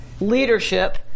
leadership